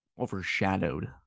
overshadowed